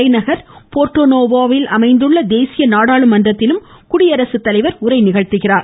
தலைநகர் போர்ட்ட நோவோவில் அமைந்துள்ள தேசிய நாடாளுமன்றத்திலும் குடியரசுத்தலைவர் உரை நிகழ்த்துகிறார்